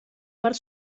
part